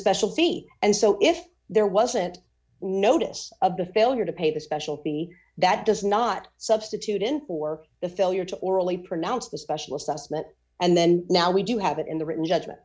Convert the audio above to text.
special fee and so if there wasn't notice of the failure to pay the specialty that does not substitute in for the failure to orally pronounce the special assessment and then now we do have it in the written judgment